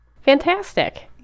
Fantastic